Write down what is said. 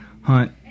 hunt